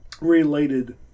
related